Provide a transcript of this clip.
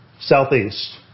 southeast